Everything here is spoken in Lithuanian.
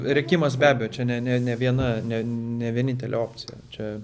rėkimas be abejo čia ne ne ne viena ne ne vienintelė opcija čia